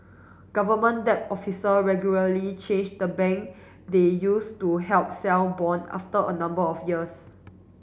government debt officer regularly change the bank they use to help sell bond after a number of years